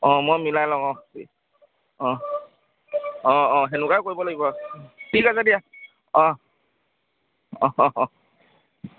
অঁ মই মিলাই ল'ম অঁ অঁ অঁ অঁ তেনেকুৱাই কৰিব লাগিব ঠিক আছে দিয়া অঁ অঁ অঁ অঁ